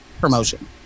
promotion